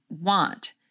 want